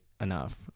enough